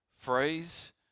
phrase